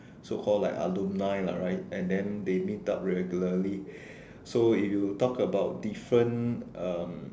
so called like alumni lah right and then they meet up regularly so if you talk about different um